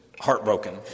heartbroken